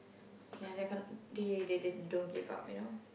ya that kind they they don't give up you know